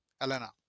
Elena